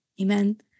Amen